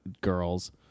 girls